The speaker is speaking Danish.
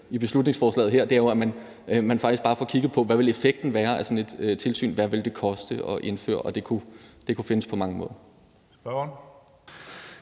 i beslutningsforslaget her, er, at man faktisk bare får kigget på, hvad effekten vil være af sådan et tilsyn, hvad det vil koste at indføre, og det kunne findes på mange måder. Kl.